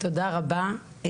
תודה רבה,